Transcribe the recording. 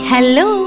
Hello